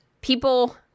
people